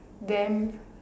then